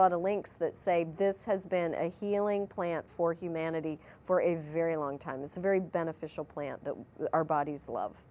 lot of links that say this has been a healing plant for humanity for a very long time it's a very beneficial plant that our bodies love